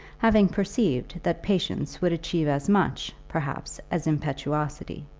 having perceived that patience would achieve as much, perhaps, as impetuosity.